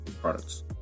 products